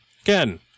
Again